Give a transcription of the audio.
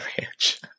ranch